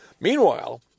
Meanwhile